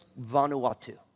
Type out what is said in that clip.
Vanuatu